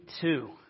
two